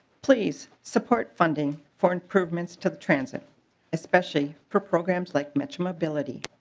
please support funding for improvements to transit especially for programs like metro mobility.